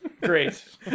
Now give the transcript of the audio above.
Great